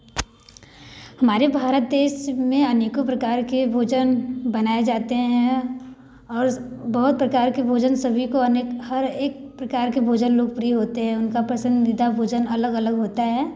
हमारे भारत देश में अनेकों प्रकार के भोजन बनाए जाते हैं और बहुत प्रकार के भोजन सभी को अनेक हर एक प्रकार के भोजन लोकप्रिय होते हैं उनका पसंदीदा भोजन अलग अलग होता है